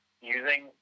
using